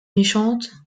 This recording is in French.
méchante